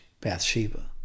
Bathsheba